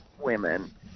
women